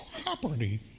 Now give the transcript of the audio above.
Property